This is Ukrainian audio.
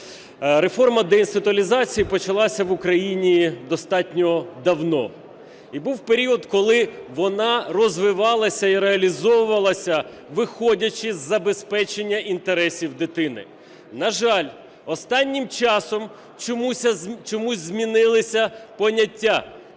Реформа деінституціалізації почалася в Україні достатньо давно. І був період, коли вона розвивалася і реалізовувалася виходячи з забезпечення інтересів дитини. На жаль, останнім часом чомусь змінилися поняття.